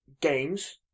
Games